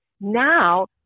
now